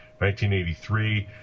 1983